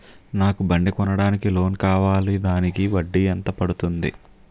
నాకు బండి కొనడానికి లోన్ కావాలిదానికి వడ్డీ ఎంత పడుతుంది?